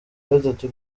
gatatu